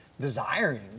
desiring